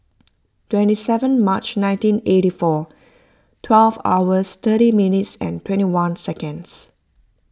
twenty seven March nineteen eighty four twelve hours thirty minutes and twenty one seconds